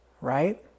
right